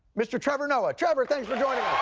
mr. trevor noah! trevor, thanks for joining